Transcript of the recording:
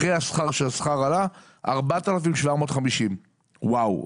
אחרי השכר שהשכר עלה 4,750. וואו.